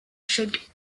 shaped